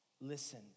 listen